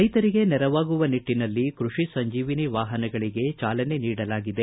ರೈತರಿಗೆ ನೆರವಾಗುವ ನಿಟ್ಟಿನಲ್ಲಿ ಕೃಷಿ ಸಂಜೀವಿನ್ ವಾಹನಗಳಿಗೆ ಚಾಲನೆ ನೀಡಲಾಗಿದೆ